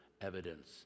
evidence